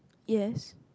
yes